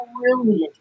brilliant